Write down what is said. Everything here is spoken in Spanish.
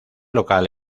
local